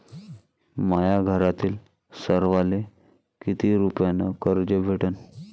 माह्या घरातील सर्वाले किती रुप्यान कर्ज भेटन?